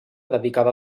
dedicada